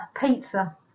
Pizza